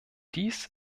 dies